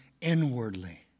inwardly